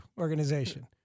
organization